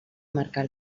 marcar